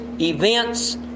events